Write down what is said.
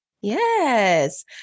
Yes